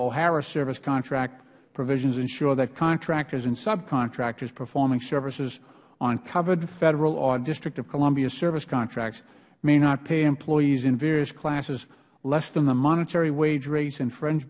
ohara service contract provisions ensure that contractors and subcontractors performing services on covered federal or district of columbia service contracts may not pay employees in various classes less than the monetary wage rates and fringe